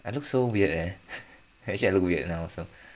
I look so weird leh actually I look weird now also